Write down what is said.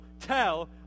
tell